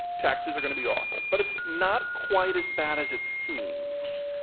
taxes are going to be awful, but it's not quite as bad as it seems.